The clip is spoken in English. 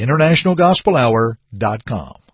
InternationalGospelHour.com